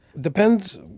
Depends